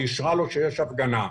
והיא אישרה לו שיש הפגנה.